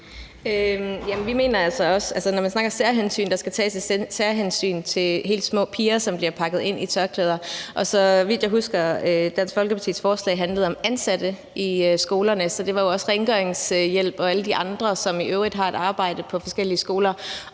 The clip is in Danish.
Vi mener altså også, der skal tages særhensyn til helt små piger, som bliver pakket ind i tørklæder, men så vidt jeg husker, handlede Dansk Folkepartis forslag om ansatte i skolerne. Så det var jo også rengøringshjælp og alle de andre, som i øvrigt har et arbejde på forskellige skoler.